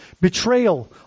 betrayal